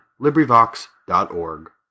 LibriVox.org